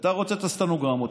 אתה רוצה את הסטנוגרמות.